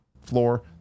floor